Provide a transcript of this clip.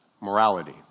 morality